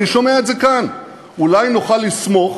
אני שומע את זה כאן: אולי נוכל לסמוך